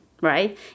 right